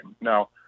now